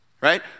Right